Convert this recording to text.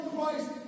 Christ